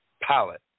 palette